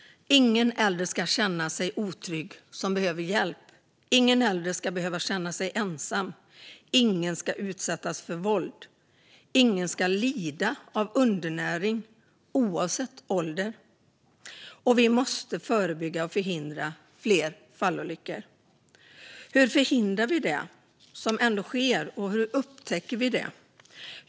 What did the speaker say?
Ingen äldre som behöver hjälp ska känna sig otrygg. Ingen äldre ska behöva känna sig ensam. Ingen ska utsättas för våld. Ingen ska lida av undernäring oavsett ålder. Vi måste också förebygga och förhindra fallolyckor. Hur upptäcker vi det som ändå sker, och hur förhindrar vi det i fortsättningen?